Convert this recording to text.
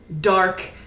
dark